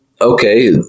okay